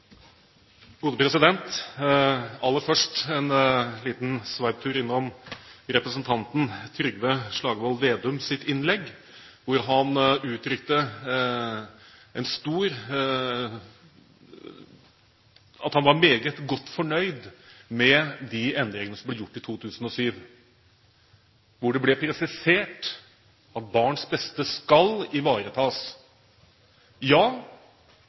Trygve Slagsvold Vedums innlegg, hvor han uttrykte at han var meget godt fornøyd med de endringene som ble gjort i 2007, hvor det ble presisert at barns beste skal ivaretas. Ja,